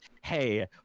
Hey